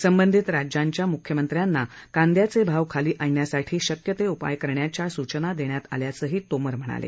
संबंधित राज्यांच्या म्ख्यमंत्र्यांना कांद्याचे भाव खाली आणण्यासाठी शक्य ते उपाय करण्याच्या सूचना देण्यात आल्याचंही तोमर यांनी यावेळी सांगितलं